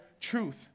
truth